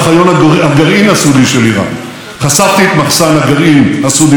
שירותי הביון שלנו חשפו את פעולות